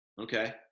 Okay